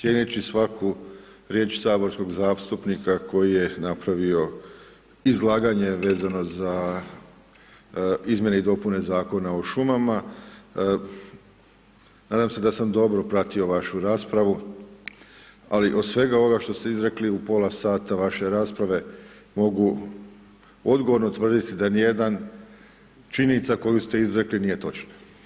Cijeneći svaku riječ saborskog zastupnika koji je napravio izlaganje vezano za izmijene i dopune Zakona o šumama, nadam se da sam dobro pratio vašu raspravu, ali od svega ovog što ste izrekli u pola sata vaše rasprave, mogu odgovorno tvrditi da ni jedna činjenica koju ste izrekli nije točna.